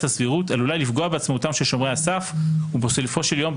הסבירות עלולה לפגוע בעצמאותם של שומרי הסף ובסופו של יום,